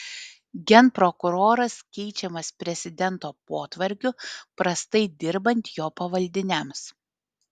genprokuroras keičiamas prezidento potvarkiu prastai dirbant jo pavaldiniams